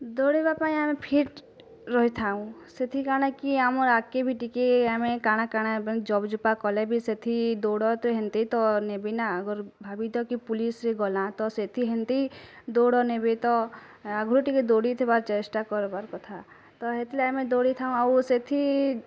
ଦୌଡ଼ିବା ପାଇଁ ଆମେ ଫିଟ୍ ରହିଥାଉଁ ସେଥି କାଣା କି ଆମର୍ ଆଗ୍ କେ ବି ଟିକେ ଆମେ କାଣା କାଣା ଏବଂ ଜବ୍ ଯୁପା କଲେ ବି ସେଥି ଦୌଡ଼୍ ତ ହେନ୍ତେ ତ ନେବି ନା ଆଗର ଭାବିତ୍ କି ପୁଲିସ୍ ରେ ଗଲା ତ ସେଥି ହେନ୍ତି ଦୌଡ଼୍ ନେବେ ତ ଏ ଆଗ୍ ରୁ ଟିକେ ଦୌଡ଼ି ଥିବା ଚେଷ୍ଟା କର୍ବାର୍ କଥା ତ ହେତି ଲାଗି ମୁଇଁ ଦୌଡ଼ି ଥାଉଁ ଆଉ ସେଥି